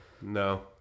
No